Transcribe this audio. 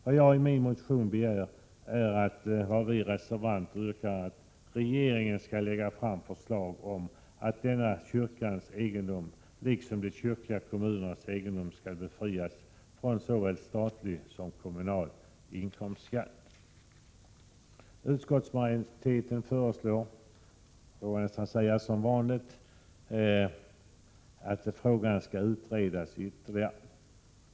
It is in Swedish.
Vad jag begär i min motion och vad vi reservanter yrkar på är att regeringen skall lägga fram förslag om att denna kyrkans egendom, liksom de kyrkliga kommunernas egendom, skall befrias från såväl statlig som kommunal inkomstskatt. Utskottsmajoriteten föreslår — som vanligt, vågar jag nästan säga — att frågan skall utredas ytterligare.